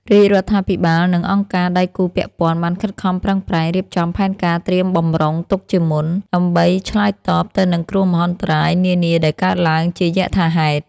រាជរដ្ឋាភិបាលនិងអង្គការដៃគូពាក់ព័ន្ធបានខិតខំប្រឹងប្រែងរៀបចំផែនការត្រៀមបម្រុងទុកជាមុន ដើម្បីឆ្លើយតបទៅនឹងគ្រោះមហន្តរាយនានាដែលកើតឡើងជាយថាហេតុ។